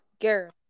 girl